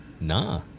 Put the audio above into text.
nah